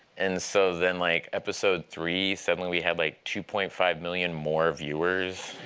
and so then like episode three suddenly we had like two point five million more viewers.